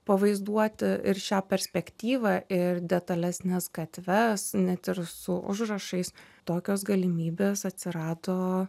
pavaizduoti ir šią perspektyvą ir detalesnes gatves net ir su užrašais tokios galimybės atsirado